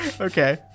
Okay